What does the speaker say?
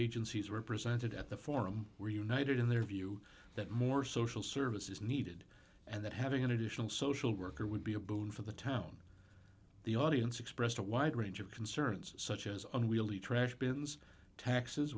agencies represented at the forum were united in their view that more social service is needed and that having an additional social worker would be a boon for the town the audience expressed a wide range of concerns such as unwieldy trash bins taxes